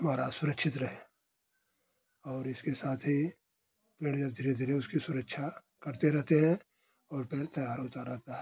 हमारा सुरक्षित रहे और इसके साथ ही अब धीरे धीरे उसकी सुरक्षा करते रहते हैं और पेड़ तैयार होता रहता है